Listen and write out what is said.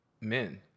men